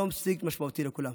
יום סגד משמעותי לכולם.